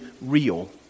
real